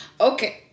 Okay